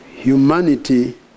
humanity